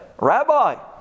Rabbi